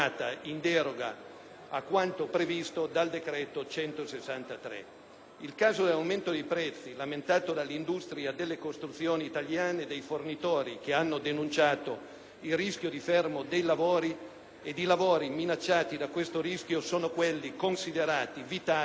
a quanto previsto dal decreto legislativo n. 163 del 2006. Il caso e quello dell’aumento di prezzi lamentato dall’industria delle costruzioni italiane e dai fornitori che hanno denunciato il rischio di fermo dei lavori ed i lavori minacciati da questo rischio sono quelli considerati vitali per lo sviluppo